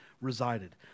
resided